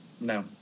No